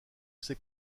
c’est